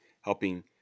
helping